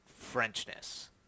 Frenchness